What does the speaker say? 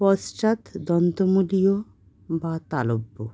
পশ্চাৎ দন্তমূলীয় বা তালব্য